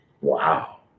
Wow